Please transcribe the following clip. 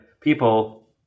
people